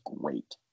great